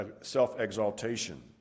self-exaltation